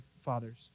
fathers